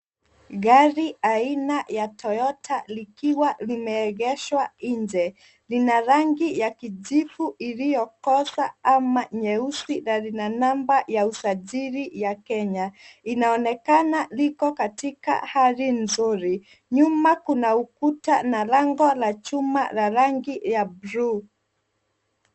Gari aina ya Toyota likiwa limeegeshwa nje. Lina rangi ya kijivu iliyokosa ama nyeusi na lina namba ya usajiri ya kenya. Inaonekana liko katika hali nzuri , nyuma kuna ukuta na lango laa chuma ya bluu.